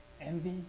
envy